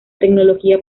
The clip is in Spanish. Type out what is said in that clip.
tecnología